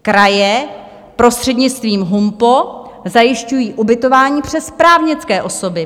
Kraje prostřednictvím HUMPO zajišťují ubytování přes právnické osoby.